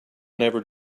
never